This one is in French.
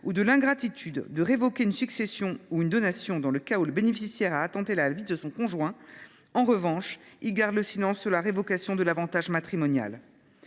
ou de l’ingratitude, de révoquer une succession ou une donation dans le cas où le bénéficiaire a attenté à la vie de son conjoint, il garde en revanche le silence sur la révocation de l’avantage matrimonial.